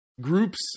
groups